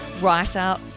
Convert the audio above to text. writer